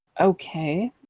okay